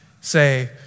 say